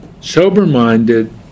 sober-minded